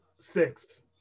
Six